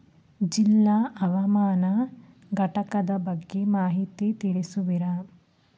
ಜಿಲ್ಲಾ ಹವಾಮಾನ ಘಟಕದ ಬಗ್ಗೆ ಮಾಹಿತಿ ತಿಳಿಸುವಿರಾ?